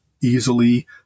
easily